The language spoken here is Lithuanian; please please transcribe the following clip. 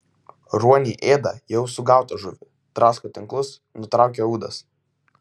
ruoniai ėda jau sugautą žuvį drasko tinklus nutraukia ūdas